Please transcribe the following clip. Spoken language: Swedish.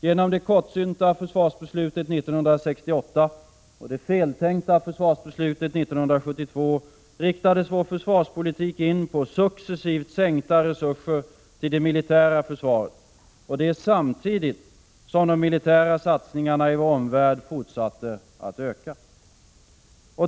Genom det kortsynta försvarsbeslutet 1968 och det feltänkta försvarsbeslutet 1972 riktades vår försvarspolitik in på successivt sänkta resurser till det militära försvaret, samtidigt som de militära satsningarna i vår omvärld fortsatte att öka.